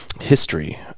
history